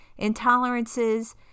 intolerances